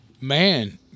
Man